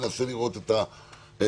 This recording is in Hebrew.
מנסה לראות את הנקודות